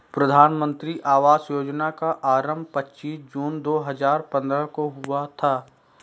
प्रधानमन्त्री आवास योजना का आरम्भ पच्चीस जून दो हजार पन्द्रह को हुआ था